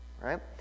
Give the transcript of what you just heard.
Right